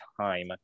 time